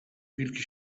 wilki